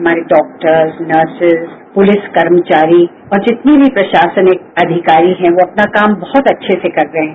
हमारे doctor nurse police कर्मचारी जितने भी प्रशासनिक अधिकारी हैं वो अपना काम बहुत अच्छेढ़ग से कर रही हैं